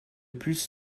plus